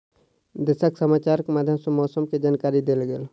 देशक समाचारक माध्यम सॅ मौसम के जानकारी देल गेल